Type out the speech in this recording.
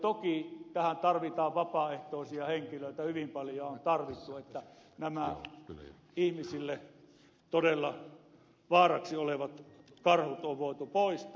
toki tähän tarvitaan vapaaehtoisia henkilöitä hyvin paljon ja on tarvittu että nämä ihmisille todella vaaraksi olevat karhut on voitu poistaa